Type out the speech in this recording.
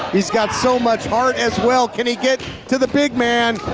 he's got so much heart as well, can he get to the big man?